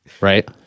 right